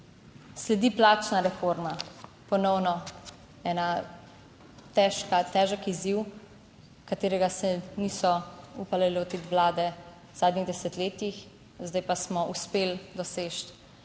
Sledi plačna reforma, ponovno težek izziv, katerega se niso upale lotiti vlade v zadnjih desetletjih. Zdaj pa smo uspeli doseči